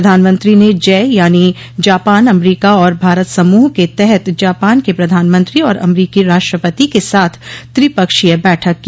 प्रधानमंत्री ने जय यानी जापान अमरीका और भारत समूह के तहत जापान के प्रधानमंत्री और अमरीकी राष्ट्रपति के साथ त्रिपक्षीय बैठक की